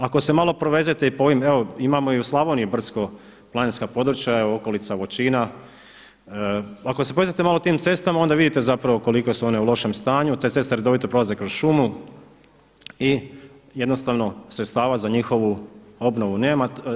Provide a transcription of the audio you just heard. Ako se malo provezete i po ovim, evo imamo i u Slavoniji brdsko-planinska područja, okolica Vočina, ako se provezete malo tim cestama onda vidite zapravo koliko su one u lošem stanju, te ceste redovito prolaze kroz šumu i jednostavno sredstava za njihovu obnovu nema.